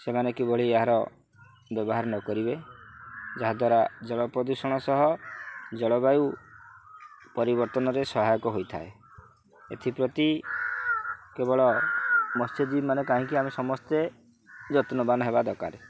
ସେମାନେ କିଭଳି ଏହାର ବ୍ୟବହାର ନ କରିବେ ଯାହାଦ୍ୱାରା ଜଳ ପ୍ରଦୂଷଣ ସହ ଜଳବାୟୁ ପରିବର୍ତ୍ତନରେ ସହାୟକ ହୋଇଥାଏ ଏଥିପ୍ରତି କେବଳ ମତ୍ସ୍ୟଜୀବୀ ମାନେ କାହିଁକି ଆମେ ସମସ୍ତେ ଯତ୍ନବାନ ହେବା ଦରକାରେ